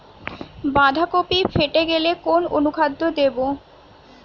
বাঁধাকপি ফেটে গেলে কোন অনুখাদ্য দেবো?